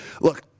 look